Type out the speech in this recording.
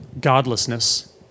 godlessness